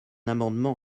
amendement